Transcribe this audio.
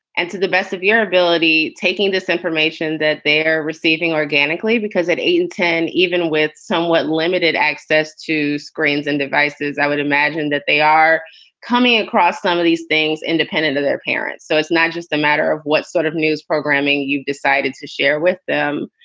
and to the best of your ability, taking this information that they're receiving organically, because at eight and ten, even with somewhat limited access to screens and devices, i would imagine that they are coming across some of these things independent of their parents. so it's not just a matter of what sort of news programming you've decided to share with them.